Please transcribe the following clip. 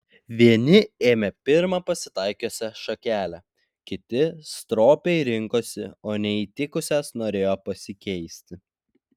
vieni ėmė pirmą pasitaikiusią šakelę kiti stropiai rinkosi o neįtikusias norėjo pasikeisti